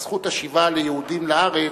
על זכות השיבה של יהודים לארץ,